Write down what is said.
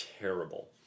terrible